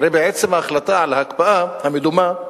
הרי בעצם ההחלטה על ההקפאה המדומה,